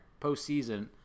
postseason